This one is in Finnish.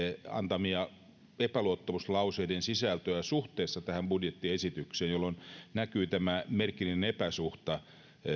antamien epäluottamuslauseiden sisältöjä suhteessa tähän budjettiesitykseen jolloin näkyy tämä merkillinen epäsuhta